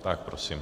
Tak prosím.